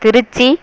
Trichy